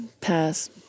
Pass